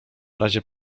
razie